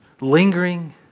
lingering